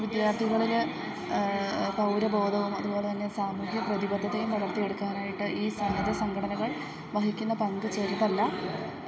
വിദ്യാത്ഥികളിൽ പൗര ബോധവും അതുപോലെ തന്നെ സാമൂഹ്യ പ്രതിബദ്ധതയും വളർത്തിയെടുക്കാനായിട്ട് ഈ സന്നദ്ധ സംഘടനകൾ വഹിക്കുന്ന പങ്ക് ചെറുതല്ല